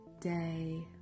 day